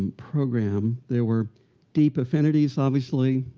program. there were deep affinities, obviously.